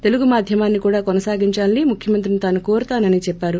తెలుగు మాధ్యమాన్ని కూడా కొనసాగించాలని ముఖ్యమంత్రిని తాను కోరుతానని చెప్పారు